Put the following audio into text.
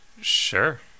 Sure